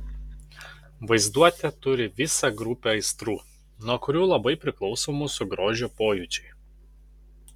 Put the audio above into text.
vaizduotė turi visą grupę aistrų nuo kurių labai priklauso mūsų grožio pojūčiai